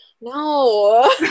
no